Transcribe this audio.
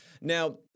Now